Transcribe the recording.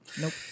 Nope